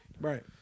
right